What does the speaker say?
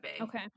Okay